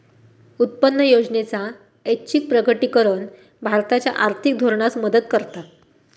उत्पन्न योजनेचा ऐच्छिक प्रकटीकरण भारताच्या आर्थिक धोरणास मदत करता